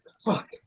Fuck